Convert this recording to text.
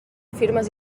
firmes